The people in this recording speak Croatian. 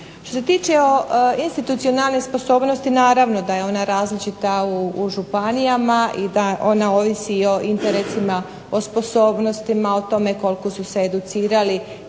Što se tiče institucionalnih sposobnosti naravno da je ona različita u županijama i da ona ovisi i o interesima, o sposobnostima, o tome koliko su se educirali,